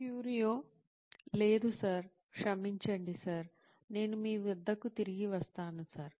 క్యూరియో లేదు సార్ క్షమించండి సార్ నేను మీ వద్దకు తిరిగి వస్తాను సార్